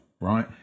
right